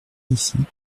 ici